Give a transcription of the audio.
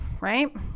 right